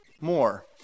more